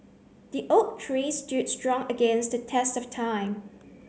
the oak tree stood strong against the test of time